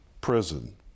prison